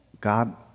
God